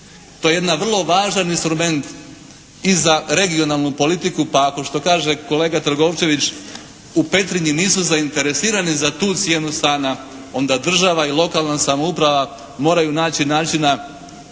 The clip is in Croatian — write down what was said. To je jedan vrlo važan instrument i za regionalnu politiku pa ako što kaže kolega Trgovčević u Petrinji nisu zainteresirani za tu cijenu stana onda država i lokalna samouprava moraju naći načina